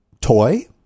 Toy